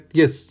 yes